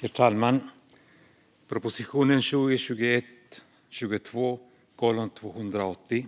Herr talman! Proposition 2021/22:280